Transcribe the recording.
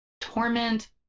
torment